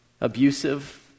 abusive